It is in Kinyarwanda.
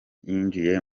yinjiye